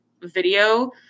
video